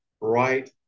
right